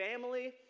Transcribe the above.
family